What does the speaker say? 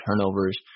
turnovers